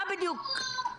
מה בדיוק?